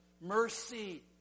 mercy